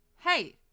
Hey